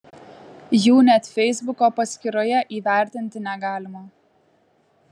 jų net feisbuko paskyroje įvertinti negalima